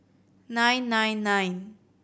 nine nine nine